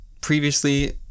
previously